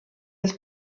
des